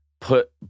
put